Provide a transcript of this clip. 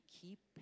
keep